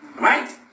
right